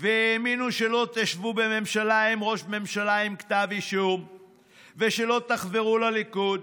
והאמינו שלא תשבו בממשלה עם ראש ממשלה עם כתב אישום ושלא תחברו לליכוד